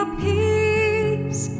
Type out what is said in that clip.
peace